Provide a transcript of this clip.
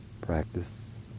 practice